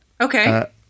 Okay